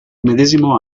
medesimo